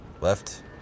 Left